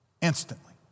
Instantly